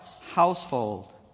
household